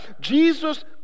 Jesus